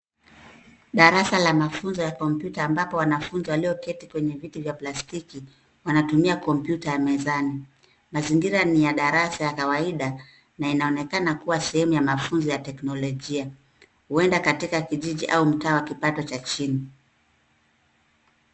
Darasa la mafunzo ya kompyuta ambapo wanafunzi walioketi kwenye viti vya plastiki wanatumia komyuta ya mezani. Mazingira ni ya darasa ya kawaida na inaonekana kuwa sehemu ya mafunzo ya teknolojia. Huenda katika kijiji au mtaa wa kipato cha chini.